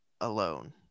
alone